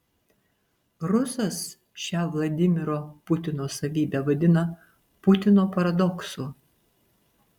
rusas šią vladimiro putino savybę vadina putino paradoksu